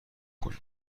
کنین